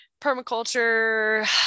permaculture